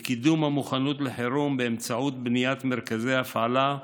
בקידום המוכנות לחירום באמצעות בניית מרכזי הפעלה,